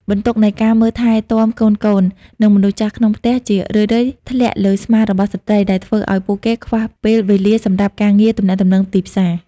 បន្ទុកនៃការមើលថែទាំកូនៗ និងមនុស្សចាស់ក្នុងផ្ទះ ជារឿយៗធ្លាក់លើស្មារបស់ស្ត្រី ដែលធ្វើឱ្យពួកគេខ្វះពេលវេលាសម្រាប់ការងារទំនាក់ទំនងទីផ្សារ។